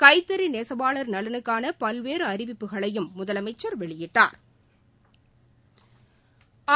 கைத்தறி நெசவாளா் நலனுக்கான பல்வேறு அறிவிப்புகளையும் முதலமைச்சா் வெளியிட்டாா்